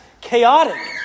chaotic